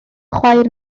chwaer